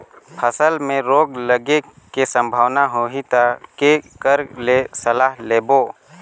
फसल मे रोग लगे के संभावना होही ता के कर ले सलाह लेबो?